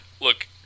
look